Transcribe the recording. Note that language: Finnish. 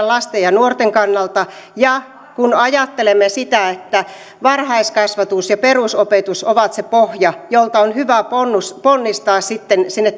lasten ja nuorten kannalta ja kun ajattelemme sitä että varhaiskasvatus ja perusopetus ovat se pohja jolta on hyvä ponnistaa ponnistaa sitten sinne